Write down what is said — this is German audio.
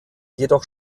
jedoch